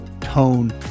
tone